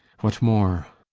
what more?